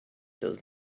does